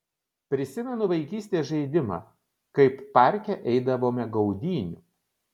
prisimenu vaikystės žaidimą kaip parke eidavome gaudynių